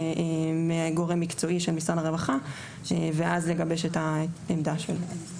מגורם מקצועי של משרד הרווחה ואז לגבש את העמדה שלו.